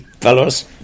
fellows